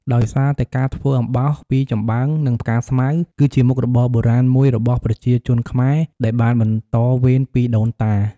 ដោយសារតែការធ្វើអំបោសពីចំបើង និងផ្កាស្មៅ គឺជាមុខរបរបុរាណមួយរបស់ប្រជាជនខ្មែរ ដែលបានបន្តវេនពីដូនតា។